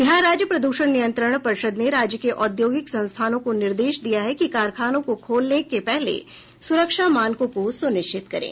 बिहार राज्य प्रदूषण नियंत्रण पर्षद ने राज्य के औद्योगिक संस्थानों को निर्देश दिया है कि कारखानों को खोलने के पहले सुरक्षा मानकों को सुनिश्चित करें